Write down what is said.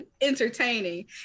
entertaining